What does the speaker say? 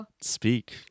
speak